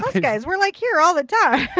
plus, guys, we're like here all the time!